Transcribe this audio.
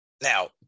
Now